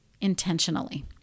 intentionally